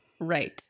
Right